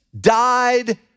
died